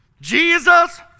jesus